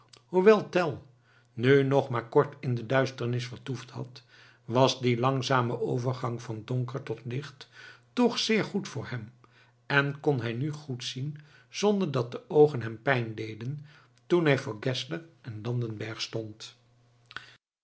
hoewel tell nu nog maar kort in de duisternis vertoefd had was die langzame overgang van donker tot licht toch zeer goed voor hem en kon hij nu goed zien zonder dat de oogen hem pijn deden toen hij voor geszler en landenberg stond